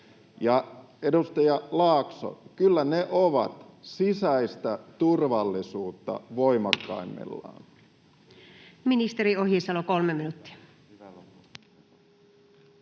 edustaja Laakso, kyllä ne ovat sisäistä turvallisuutta voimakkaimmillaan.